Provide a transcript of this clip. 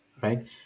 right